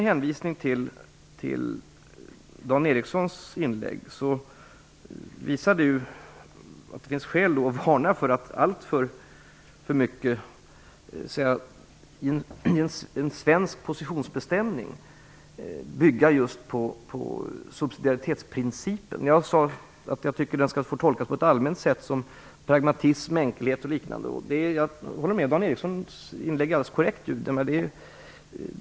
Dan Ericssons inlägg visar att det finns skäl att varna för att bygga alltför mycket på subsidiaritetsprincipen i en svensk positionsbestämning. Jag sade att jag tycker att den skall tolkas på en allmänt sätt som pragmatism, enkelhet och liknande. Dan Ericssons inlägg är alldeles korrekt.